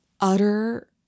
utter